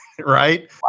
right